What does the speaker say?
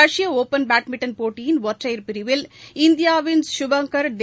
ரஷ்ய open badminton போட்டியின் ஒற்றையர் பிரிவில் இந்தியாவின் கபாங்கர் தே